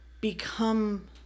become